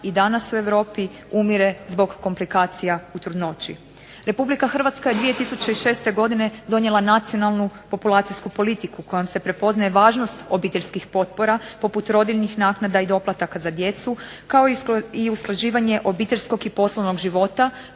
i danas u Europi umire zbog komplikacija u trudnoći. RH je 2006. godine donijela Nacionalnu populacijsku politiku kojom se prepoznaje važnost obiteljskih potpora poput rodiljnih naknada i doplataka za djecu kao i usklađivanje obiteljskog i poslovnog života